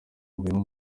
batuyemo